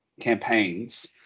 campaigns